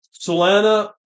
Solana